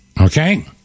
Okay